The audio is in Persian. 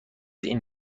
این